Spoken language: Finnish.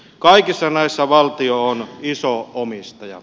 kaikissa näissä valtio on iso omistaja